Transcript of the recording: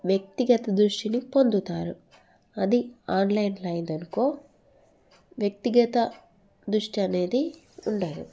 వ్యక్తిగత దృష్టిని పొందుతారు అది ఆన్లైన్లో అయింది అనుకో వ్యక్తిగత దృష్టి అనేది ఉండదు